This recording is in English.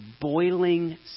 boiling